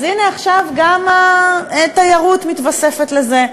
אז הנה עכשיו גם התיירות מתווספת לזה.